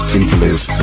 interlude